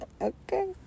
Okay